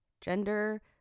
gender